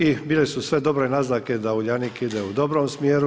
I bile su sve dobre naznake da Uljanik ide u dobrom smjeru.